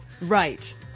Right